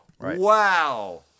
Wow